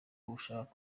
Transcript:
ushaka